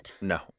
No